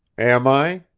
am i?